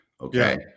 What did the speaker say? Okay